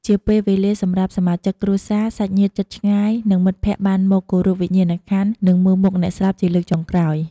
ជាពេលវេលាសម្រាប់សមាជិកគ្រួសារ សាច់ញាតិជិតឆ្ងាយ និងមិត្តភក្តិបានមក គោរពវិញ្ញាណក្ខន្ធ និងមើលមុខអ្នកស្លាប់ជាលើកចុងក្រោយ។